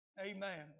Amen